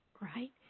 Right